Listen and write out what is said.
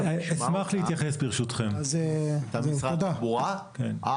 נשמע את נציג משרד התחבורה כי